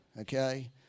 Okay